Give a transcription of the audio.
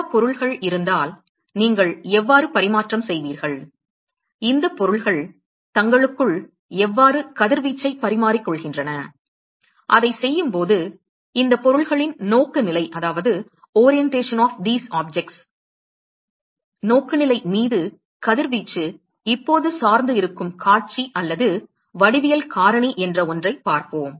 பல பொருள்கள் இருந்தால் நீங்கள் எவ்வாறு பரிமாற்றம் செய்வீர்கள் இந்த பொருள்கள் தங்களுக்குள் எவ்வாறு கதிர்வீச்சைப் பரிமாறிக் கொள்கின்றன அதைச் செய்யும்போது இந்த பொருட்களின் நோக்குநிலை மீது கதிர்வீச்சு இப்போது சார்ந்து இருக்கும் காட்சி வடிவியல் காரணி என்ற ஒன்றைப் பார்ப்போம்